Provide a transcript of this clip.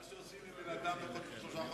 מה שעושים לבן-אדם פחות משלושה חודשים.